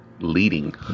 leading